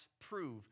prove